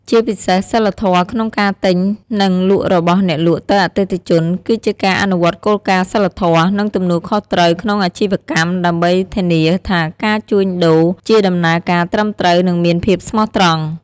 ជាពីសេសសីលធម៌ក្នុងការទិញ និងលក់របស់អ្នកលក់ទៅអតិថិជន គឺជាការអនុវត្តគោលការណ៍សីលធម៌ និងទំនួលខុសត្រូវក្នុងអាជីវកម្ម ដើម្បីធានាថាការជួញដូរជាដំណើរការត្រឹមត្រូវ និងមានភាពស្មោះត្រង់។